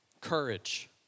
Courage